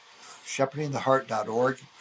shepherdingtheheart.org